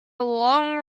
long